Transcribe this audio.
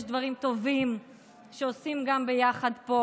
יש דברים שעושים גם ביחד פה,